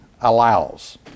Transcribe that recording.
allows